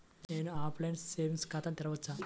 నేను ఆన్లైన్లో సేవింగ్స్ ఖాతాను తెరవవచ్చా?